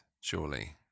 surely